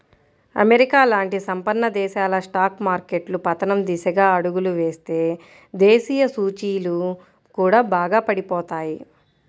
America లాంటి సంపన్న దేశాల స్టాక్ మార్కెట్లు పతనం దిశగా అడుగులు వేస్తే దేశీయ సూచీలు కూడా బాగా పడిపోతాయి